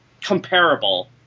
comparable